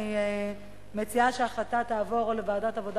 אני מציעה שההצעה תעבור לוועדת העבודה